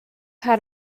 had